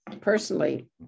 personally